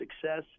success